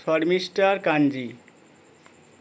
Sharmistha Kanji